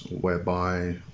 whereby